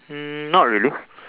hmm not really